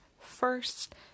first